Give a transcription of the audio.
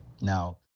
Now